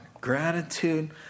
Gratitude